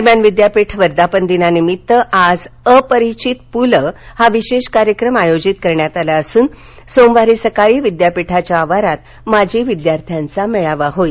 दरम्यान विद्यापीठाच्यावर्धापन दिनानिमित्त आज अपरिचित पुलं हा विशेष कार्यक्रम आयोजित करण्यात आला असून सोमवारी सकाळी विद्यापिठाच्या आवारात माजी विद्यार्थ्यांचा मेळावा होईल